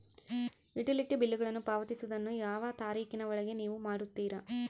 Utility ಬಿಲ್ಲುಗಳನ್ನು ಪಾವತಿಸುವದನ್ನು ಯಾವ ತಾರೇಖಿನ ಒಳಗೆ ನೇವು ಮಾಡುತ್ತೇರಾ?